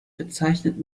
bezeichnet